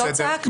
לא צעקנו.